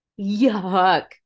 yuck